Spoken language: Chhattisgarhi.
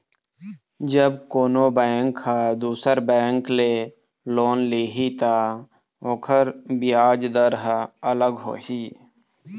जब कोनो बेंक ह दुसर बेंक ले लोन लिही त ओखर बियाज दर ह अलग होही